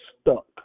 stuck